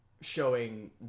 showing